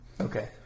Okay